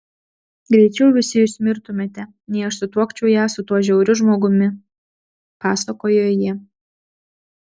greičiau visi jūs mirtumėte nei aš sutuokčiau ją su tuo žiauriu žmogumi pasakojo ji